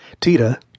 Tita